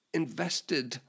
invested